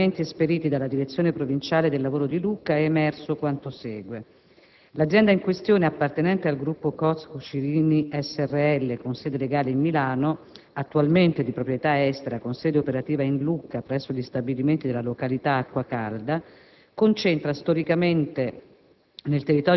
e dagli accertamenti esperiti dalla Direzione provinciale del lavoro di Lucca è emerso quanto segue. L'azienda in questione, appartenente al Gruppo Coats Cucirini Srl, con sede legale in Milano, attualmente di proprietà estera, con sede operativa in Lucca presso gli stabilimenti della località Acquacalda, concentra storicamente